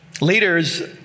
Leaders